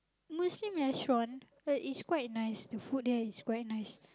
Muslim restaurant but it's quite nice the food there is quite nice